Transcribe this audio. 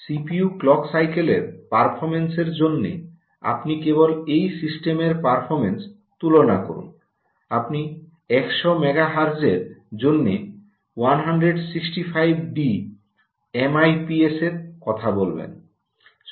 CPU clock সাইকেলের performance এর জন্য আপনি কেবল এই সিস্টেমের পারফরম্যান্সের তুলনা করুন আপনি 100 মেগা হার্টজের জন্য 165 ডি এমআইপিএসের কথা বলবেন